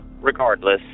Regardless